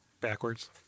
Backwards